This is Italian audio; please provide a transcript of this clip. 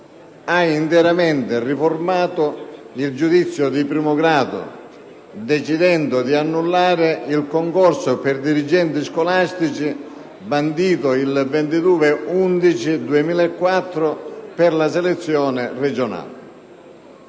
ha interamente riformato il giudizio di primo grado, decidendo di annullare il concorso per dirigenti scolastici, bandito il 22 novembre 2004 per la selezione regionale.